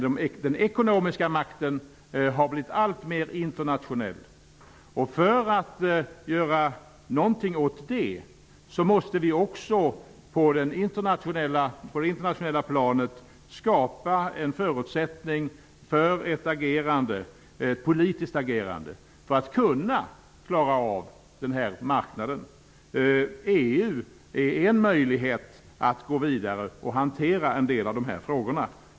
Den ekonomiska makten har blivit alltmer internationell, och för att göra någonting åt det måste vi på det internationella planet också skapa en förutsättning för ett politiskt agerande för att kunna klara av marknaden. EU är en möjlighet att gå vidare och hantera en del av de här frågorna.